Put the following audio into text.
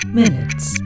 minutes